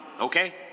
Okay